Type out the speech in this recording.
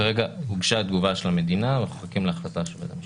כרגע הוגשה התגובה של המדינה ואנחנו מחכים להחלטה של בית המשפט.